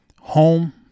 home